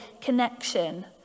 connection